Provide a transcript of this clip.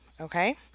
Okay